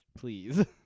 please